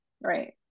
Right